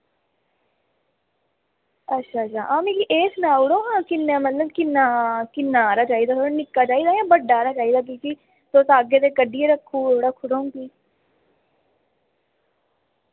अच्छा च्छा हां मिगी एह् सनाऊड़ो हां किन्ना मतलब किन्ना किन्ना हारा चाहिदा थोह्ड़ा निक्का चाहिदा यां बड्डा हारा चाहिदा क्यूंकि तुस आगे ते कड्ढियै रक्खुड़ां फिर अ'ऊं